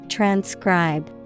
Transcribe